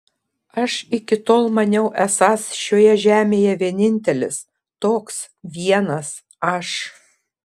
aš iki tol maniau esąs šioje žemėje vienintelis toks vienas aš